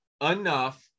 enough